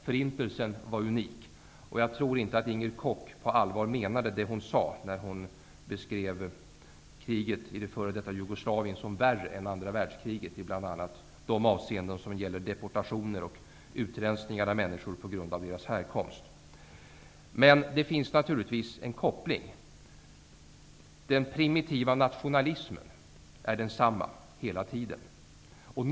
Förintelsen var unik, och jag tror inte att Inger Koch på allvar menade det hon sade när hon beskrev kriget i det f.d. Jugoslavien som värre än andra världskriget i bl.a. de avseenden som gäller deportationer och utrensningar av människor på grund av deras härkomst. Men det finns naturligtvis en koppling. Den primitiva nationalismen är densamma hela tiden.